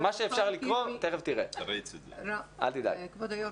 כבוד היושב ראש,